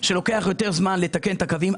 לוקח יותר זמן לתקן את הקווים,